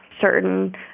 certain